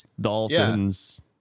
Dolphins